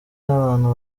n’abantu